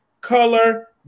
color